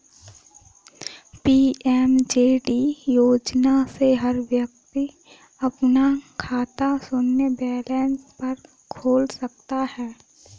PMJD योजना से हर व्यक्ति अपना खाता शून्य बैलेंस पर खोल सकता है